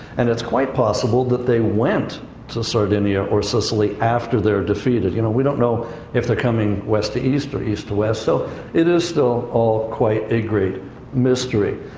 and it's quite possible that they went to sardinia or sicily after they're defeated. you know, we don't know if they're coming west to east or east to west, so it is still all quite a great mystery.